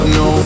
no